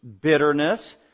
bitterness